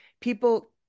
people